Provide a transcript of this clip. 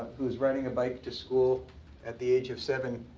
who is riding a bike to school at the age of seven.